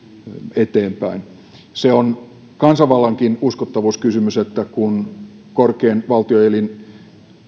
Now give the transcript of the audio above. eteenpäin se on kansanvallankin uskottavuuskysymys että kun korkein valtioelin